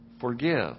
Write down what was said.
forgive